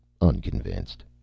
unconvinced